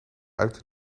uit